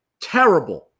terrible